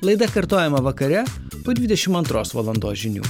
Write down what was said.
laida kartojama vakare po dvidešimt antros valandos žinių